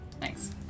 Thanks